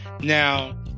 Now